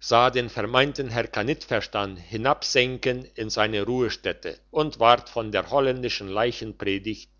sah den vermeinten herrn kannitverstan hinabsenken in seine ruhestätte und ward von der holländischen